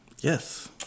yes